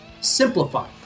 Simplify